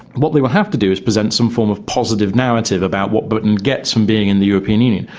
what they will have to do is present some form of positive narrative about what britain gets from being in the european union.